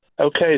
Okay